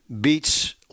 beats